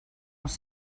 als